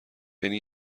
یعنی